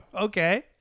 Okay